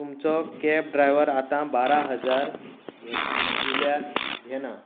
तुमचो cab driver आतां बारा हजार घे दिल्यार घेना